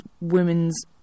women's